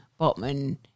botman